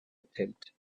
attempt